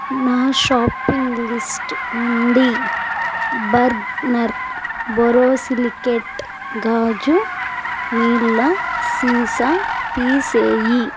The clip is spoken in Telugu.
నా షాపింగ్ లిస్టు నుండి బర్గనర్ బొరొసిలికెట్ గాజు నీళ్ళ సీసా తీసేయి